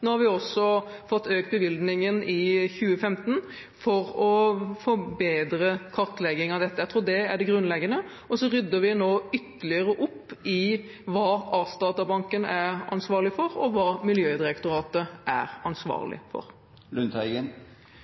Nå har vi også fått økt bevilgningen i 2015 for å forbedre kartleggingen av dette. Jeg tror det er det grunnleggende. Og så rydder vi nå ytterligere opp i hva Artsdatabanken er ansvarlig for, og hva Miljødirektoratet er ansvarlig for.